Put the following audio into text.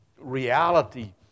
reality